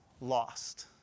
lost